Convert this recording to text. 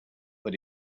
but